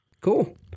Cool